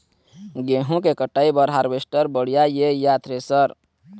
गेहूं के कटाई बर हारवेस्टर बढ़िया ये या थ्रेसर?